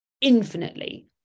Infinitely